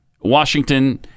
Washington